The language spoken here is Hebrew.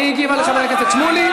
והיא הגיבה לחבר הכנסת שמולי,